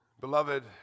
Beloved